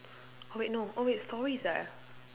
oh wait no oh wait stories ah